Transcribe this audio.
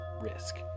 risk